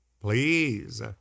please